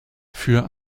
für